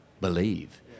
believe